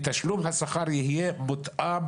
תשלום השכר יהיה מותאם